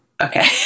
Okay